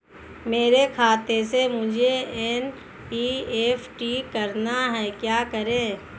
मेरे खाते से मुझे एन.ई.एफ.टी करना है क्या करें?